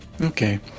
Okay